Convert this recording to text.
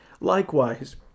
Likewise